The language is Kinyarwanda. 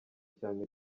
cyane